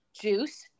Juice